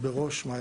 בראש מעייניו.